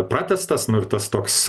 pratęstas nu ir tas toks